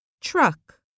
Truck